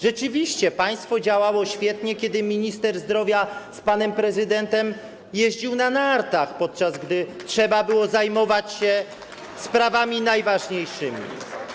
Rzeczywiście państwo działało świetnie, kiedy minister zdrowia z panem prezydentem jeździli na nartach, podczas gdy trzeba było zajmować się sprawami najważniejszymi.